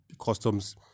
customs